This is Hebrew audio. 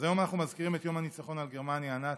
אז היום אנחנו מזכירים את יום הניצחון על גרמניה הנאצית,